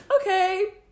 Okay